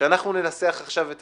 שאנחנו ננחה עכשיו את